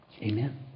Amen